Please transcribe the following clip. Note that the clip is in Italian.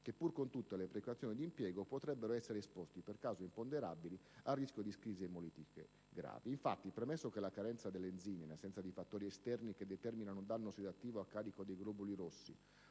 che, pur con tutte le precauzioni d'impiego, potrebbero essere esposti, per cause imponderabili, al rischio di crisi emolitiche gravi. Infatti, premesso che la carenza di G6PD, in assenza di fattori esterni che determinano un danno ossidativo a carico dei globuli rossi,